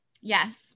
yes